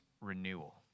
renewal